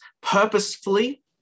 purposefully